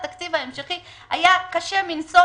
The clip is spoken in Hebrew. התקציב ההמשכי היה קשה מנשוא,